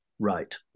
Right